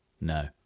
No